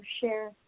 share